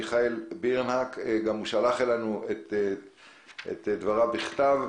מיכאל בירנהק, שגם שלח אלינו את דבריו בכתב.